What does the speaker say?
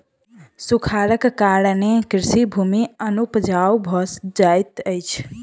सूखाड़क कारणेँ कृषि भूमि अनुपजाऊ भ जाइत अछि